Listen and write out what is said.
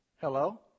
Hello